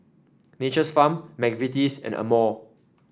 Nature's Farm McVitie's and Amore